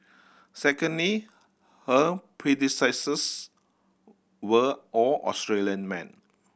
secondly her predecessors were all Australian men